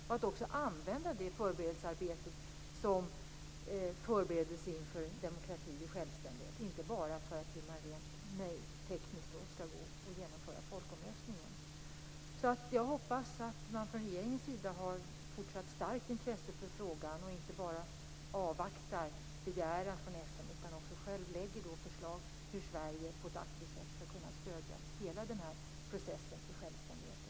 Vi bör också använda det arbetet som en förberedelse inför demokrati och självständighet och inte bara som ett medel att rent tekniskt kunna genomföra folkomröstningen. Jag hoppas att regeringen visar fortsatt starkt intresse för frågan, att man inte bara avvaktar begäran från FN utan också lägger fram förslag till hur Sverige på ett aktivt sätt skall kunna stödja hela processen för självständighet i Västsahara.